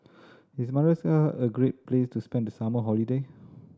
is Madagascar a great place to spend the summer holiday